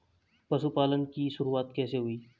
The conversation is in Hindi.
पशुपालन की शुरुआत कैसे हुई?